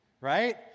right